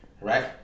right